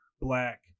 black